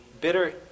bitter